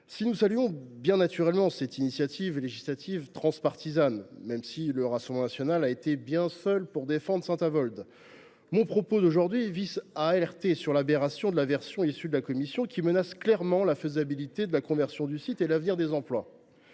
Nous saluons bien naturellement cette initiative législative transpartisane, même si le Rassemblement national a été bien seul pour défendre Saint Avold. Bien sûr… Toutefois, je tiens à alerter sur l’aberration de la version du texte issu des travaux de la commission, qui menace clairement la faisabilité de la conversion du site et l’avenir des emplois.